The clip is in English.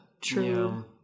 true